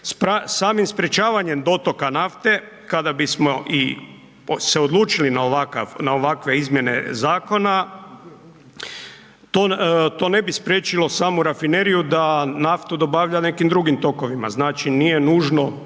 Samim sprječavanjem dotoka nafte kada bismo i se odlučili na ovakve izmjene zakona, to ne bi spriječilo samu rafineriju da naftu dobavlja nekim drugim tokovima. Znači, nije nužno,